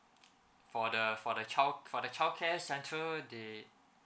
for the for the child for the childcare centre they